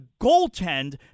goaltend